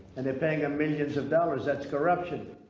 and they're paying him millions of dollars, that's corruption.